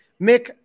Mick